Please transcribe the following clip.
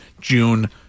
June